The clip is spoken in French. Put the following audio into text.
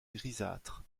grisâtres